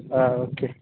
okay